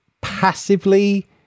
passively